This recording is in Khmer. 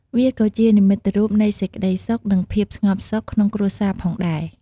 វាក៏ជានិមិត្តរូបនៃ សេចក្តីសុខ និង ភាពស្ងប់សុខ ក្នុងគ្រួសារផងដែរ។